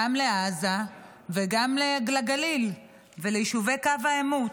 גם לעזה וגם לגליל וליישובי קו העימות.